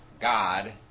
God